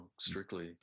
strictly